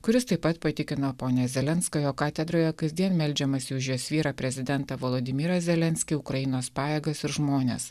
kuris taip pat patikino ponią zelenską jog katedroje kasdien meldžiamasi už jos vyrą prezidentą volodimirą zelenskį ukrainos pajėgas ir žmones